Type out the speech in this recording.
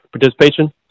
participation